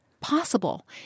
possible